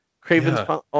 Craven's